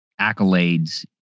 accolades